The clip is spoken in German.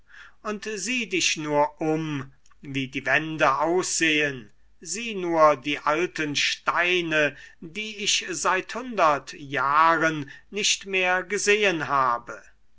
und sieh dich nur um wie die wände aussehen sieh nur die alten steine die ich seit hundert jahren nicht mehr gesehen habe